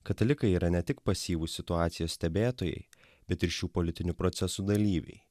katalikai yra ne tik pasyvūs situacijos stebėtojai bet ir šių politinių procesų dalyviai